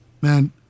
man